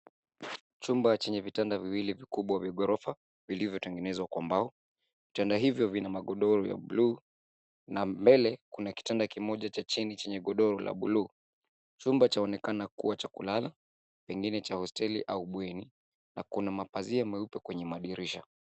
Chumba chenye vitanda viwili vikubwa vya gorofa vilivyotengenezwa kwa mbao vitanda hivyo vina magodoro vya buluu na mbele kuna kitanda kimoja cha chini chenye godoro la buluu chumba cha onekana kua cha kulala pengine cha hosteli au bweni na kuna mapazia meupe kwenye madirisha.